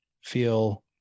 feel